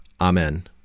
Amen